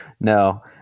No